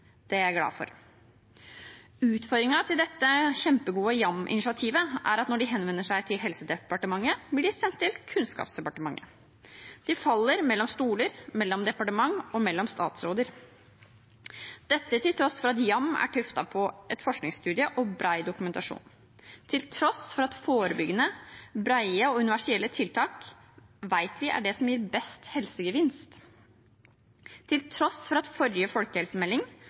Det er jeg glad for. Utfordringen til dette kjempegode YAM-initiativet er at når de henvender seg til Helsedepartementet, blir de sendt til Kunnskapsdepartementet. De faller mellom stoler, mellom departement og mellom statsråder. Dette er til tross for at YAM er tuftet på en forskningsstudie og bred dokumentasjon til tross for at vi vet at forebyggende, brede og universelle tiltak er det som gir best helsegevinst til tross for at den forrige